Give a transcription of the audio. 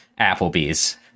Applebee's